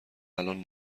الان